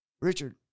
Richard